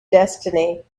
destiny